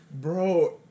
Bro